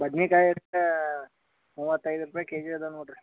ಬದ್ನೆಕಾಯ್ ಎಷ್ಟು ಮೂವತೈದು ರೂಪಾಯಿ ಕೆ ಜಿ ಇದಾವೆ ನೋಡಿರಿ